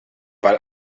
ball